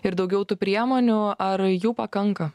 ir daugiau tų priemonių ar jų pakanka